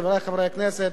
חברי חברי הכנסת,